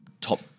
top